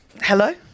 Hello